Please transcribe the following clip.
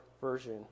version